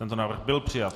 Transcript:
Tento návrh byl přijat.